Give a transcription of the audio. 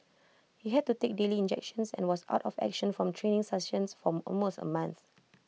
he had to take daily injections and was out of action from training sessions for almost A month